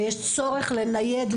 ויש צורך לנייד,